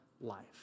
Life